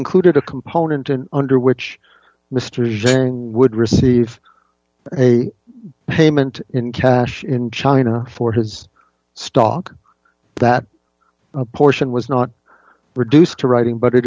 included a component and under which mr zhang would receive a payment in cash in china for his stock that portion was not reduced to writing but